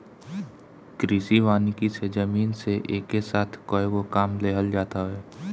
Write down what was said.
कृषि वानिकी से जमीन से एके साथ कएगो काम लेहल जात हवे